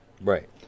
Right